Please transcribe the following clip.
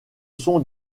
sont